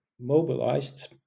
mobilized